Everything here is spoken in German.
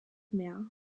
mehr